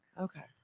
Okay